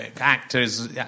actors